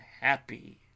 happy